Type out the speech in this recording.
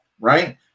right